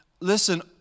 listen